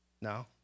No